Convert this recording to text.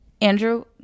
andrew